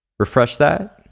refresh that.